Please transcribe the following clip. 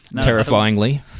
Terrifyingly